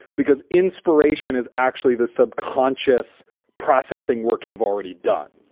because inspiration is actually the subconscious processing work you've already done.